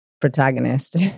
protagonist